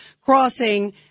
crossing